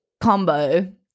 combo